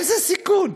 איזה סיכון?